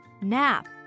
nap